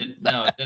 No